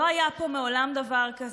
לא היה פה מעולם דבר כזה.